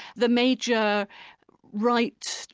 the major right,